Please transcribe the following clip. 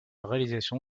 réalisation